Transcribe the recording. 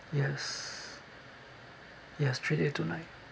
yes yes three day two night